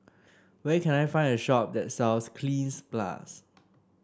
where can I find a shop that sells Cleanz Plus